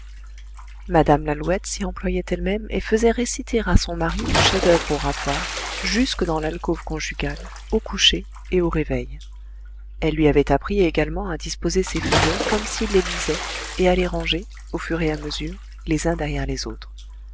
mme lalouette s'y employait elle-même et faisait réciter à son mari le chef-d'oeuvre oratoire jusque dans l'alcôve conjugale au coucher et au réveil elle lui avait appris également à disposer ses feuillets comme s'il les lisait et à les ranger au fur et à mesure les uns derrière les autres